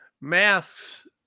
Masks